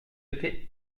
été